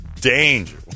Danger